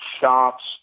shops